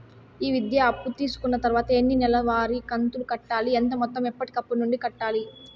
ఈ విద్యా అప్పు తీసుకున్న తర్వాత ఎన్ని నెలవారి కంతులు కట్టాలి? ఎంత మొత్తం ఎప్పటికప్పుడు నుండి కట్టాలి?